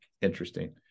interesting